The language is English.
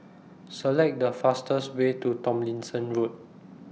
Select The fastest Way to Tomlinson Road